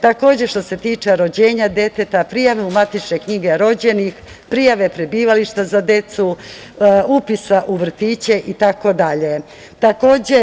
Takođe, što se tiče rođenja deteta, prijavu u matične knjige rođenih, prijave prebivališta za decu, upisa u vrtiće i tako dalje.